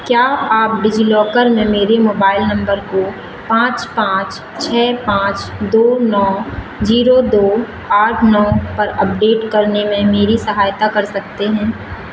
क्या आप डिजिलॉकर में मेरे मोबाइल नंबर को पाँच पाँच छः पाँच नौ दो जीरो दो आठ नौ पर अपडेट करने में मेरी सहायता कर सकते हैं